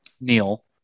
Neil